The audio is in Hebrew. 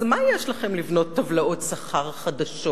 אז מה יש לכם לבנות טבלאות שכר חדשות?